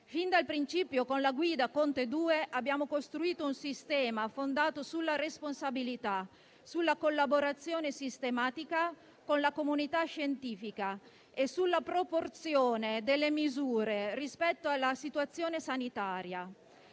Fin dal principio con la guida del Governo Conte II abbiamo costruito un sistema fondato sulla responsabilità, sulla collaborazione sistematica con la comunità scientifica e sulla proporzione delle misure rispetto alla situazione sanitaria.